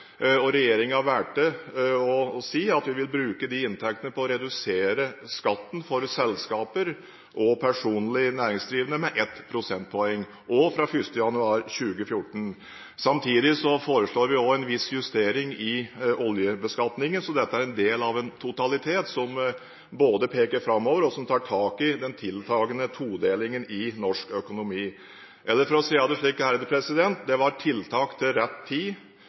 valgte å si at vi vil bruke de inntektene til å redusere skatten for selskaper og personlig næringsdrivende med ett prosentpoeng, også det fra 1. januar 2014. Samtidig foreslår vi en viss justering i oljebeskatningen, så dette er en del av en totalitet som både peker framover, og som tar tak i den tiltakende todelingen i norsk økonomi. Eller for å si det slik: Det var tiltak til rett tid, det var riktige tiltak, og det var rett